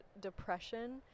depression